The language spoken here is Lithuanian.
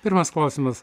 pirmas klausimas